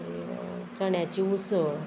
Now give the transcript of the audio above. मागीर चण्याची उसळ